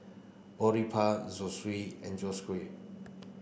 Boribap Zosui and